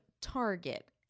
Target